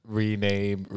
rename